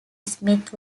smith